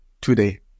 today